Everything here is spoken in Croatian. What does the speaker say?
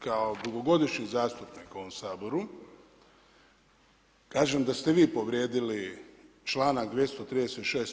Kao dugogodišnji zastupnik u ovom Saboru kažem da ste vi povrijedili članak 236.